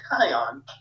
Kion